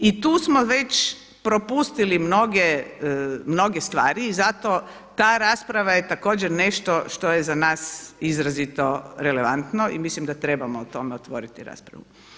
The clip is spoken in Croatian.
I tu smo već propustili mnoge stvari i zato ta rasprava je također nešto što je za nas izrazito relevantno i mislim da trebamo o tome otvoriti raspravu.